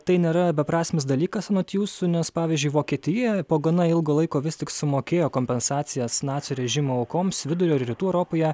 tai nėra beprasmis dalykas anot jūsų nes pavyzdžiui vokietija po gana ilgo laiko vis tik sumokėjo kompensacijas nacių režimo aukoms vidurio ir rytų europoje